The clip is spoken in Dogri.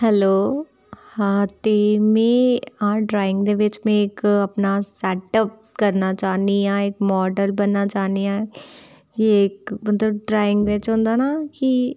हैलो हां ते में आर्ट ड्राइंग दे बिच्च में अपना इक सेटअप करना चाह्नी आं इक माडल बनना चाह्नी आं एह् इक मतलब ड्राइंग बिच्च होंदा ना कि